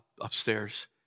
upstairs